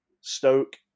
Stoke